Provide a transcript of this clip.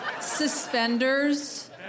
suspenders